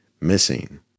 Missing